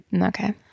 Okay